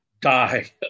die